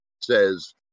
says